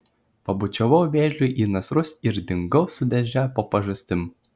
pabučiavau vėžliui į nasrus ir dingau su dėže po pažastim